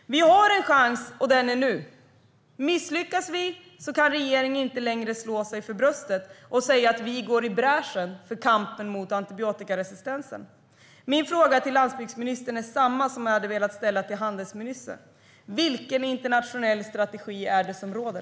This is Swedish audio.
Vi har en chans, och den är nu. Misslyckas vi kan regeringen inte längre slå sig för bröstet och säga att vi går i bräschen för kampen mot antibiotikaresistensen. Min fråga till landsbygdsministern är samma som jag hade velat ställa till handelsministern: Vilken internationell strategi är det som råder?